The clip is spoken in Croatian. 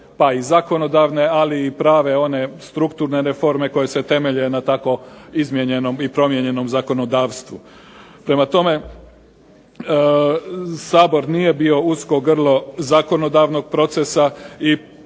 pa i zakonodavne, ali i prave one strukturne reforme koje se temelje na tako izmijenjenom i promijenjenom zakonodavstvu. Prema tome, Sabor nije bio usko grlo zakonodavnog procesa i